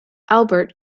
albert